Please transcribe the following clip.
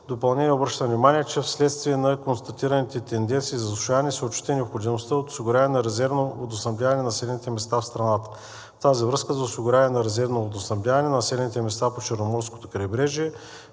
допълнение, обръщам внимание, че вследствие на констатираните тенденции на засушаване се отчита и необходимостта от осигуряване на резервно водоснабдяване на населените места в страната. В тази връзка за осигуряване на резервно водоснабдяване на населените места по Черноморското крайбрежие